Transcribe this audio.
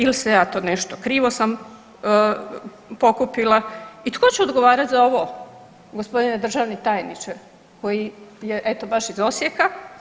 Ili se ja to nešto krivo sam pokupila i tko će odgovarati za ovo gospodine državni tajniče, koji je eto baš iz Osijeka.